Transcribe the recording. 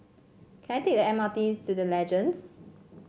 can I take the M R T to The Legends